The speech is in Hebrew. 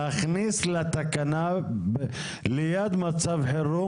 להכניס לתקנה ליד מצב חירום,